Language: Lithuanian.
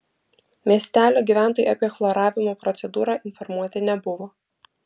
miestelio gyventojai apie chloravimo procedūrą informuoti nebuvo